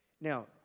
Now